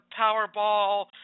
Powerball